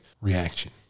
reaction